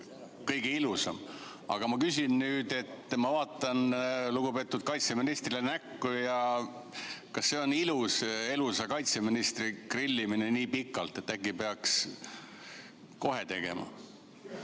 kõige ilusam. Aga ma küsin nüüd – ma vaatan lugupeetud kaitseministrile näkku –, et kas on ilus elusat kaitseministrit grillida nii pikalt. Äkki peaks kohe tegema?